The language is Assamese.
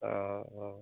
অঁ অঁ